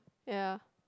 ya